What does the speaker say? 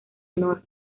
honor